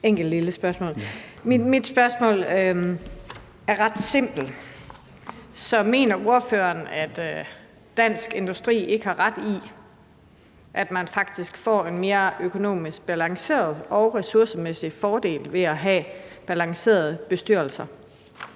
enkelt, lille spørgsmål. Mit spørgsmål er ret simpelt: Mener ordføreren, at Dansk Industri ikke har ret i, at man faktisk får en mere økonomisk balanceret og ressourcemæssig fordel ved at have balancerede bestyrelser?